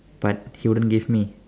but he wouldn't give me